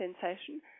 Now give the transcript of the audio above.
sensation